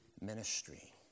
ministry